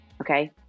okay